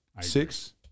six